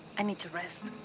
i need to rest.